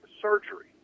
surgery